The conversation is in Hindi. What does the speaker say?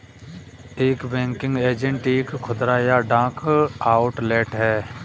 एक बैंकिंग एजेंट एक खुदरा या डाक आउटलेट है